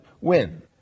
win